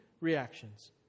reactions